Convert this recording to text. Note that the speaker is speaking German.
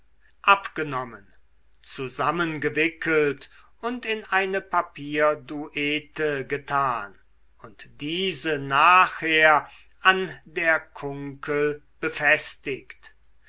abgenommen zusammengewickelt und in eine papierdüte getan und diese nachher an der kunkel befestigt